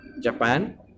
Japan